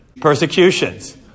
Persecutions